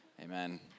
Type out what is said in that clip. Amen